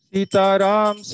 Sitaram